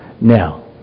Now